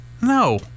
no